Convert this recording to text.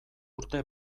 urte